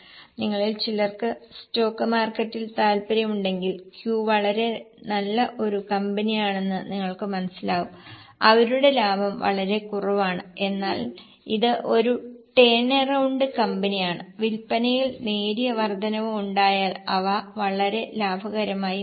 നിങ്ങളിൽ ചിലർക്ക് സ്റ്റോക്ക് മാർക്കറ്റിൽ താൽപ്പര്യമുണ്ടെങ്കിൽ Q വളരെ നല്ല ഒരു കമ്പനിയാണെന്ന് നിങ്ങൾക്ക് മനസ്സിലാകും അവരുടെ ലാഭം വളരെ കുറവാണ് എന്നാൽ ഇത് ഒരു ടേൺ എറൌണ്ട് കമ്പനിയാണ് വിൽപ്പനയിൽ നേരിയ വർദ്ധനവ് ഉണ്ടായാൽ അവ വളരെ ലാഭകരമായി മാറും